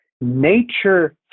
Nature